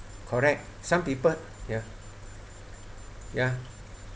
correct some people ya ya